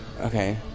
Okay